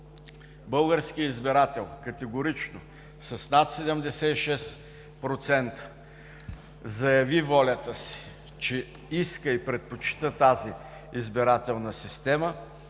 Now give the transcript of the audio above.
българският избирател категорично с над 76% заяви волята си, че иска и предпочита тази избирателна система,